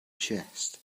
chest